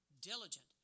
diligent